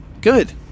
Good